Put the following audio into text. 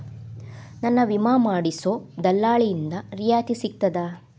ನನ್ನ ವಿಮಾ ಮಾಡಿಸೊ ದಲ್ಲಾಳಿಂದ ರಿಯಾಯಿತಿ ಸಿಗ್ತದಾ?